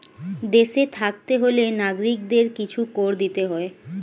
দেশে থাকতে হলে নাগরিকদের কিছু কর দিতে হয়